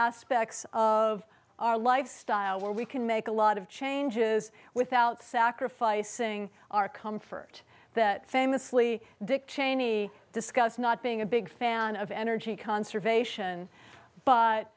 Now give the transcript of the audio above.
aspects of our lifestyle where we can make a lot of changes without sacrificing our comfort that famously dick cheney discuss not being a big fan of energy conservation but